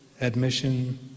admission